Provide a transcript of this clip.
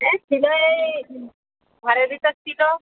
হ্যাঁ ছিলো এই ঘরের ভিতর ছিলো